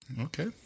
Okay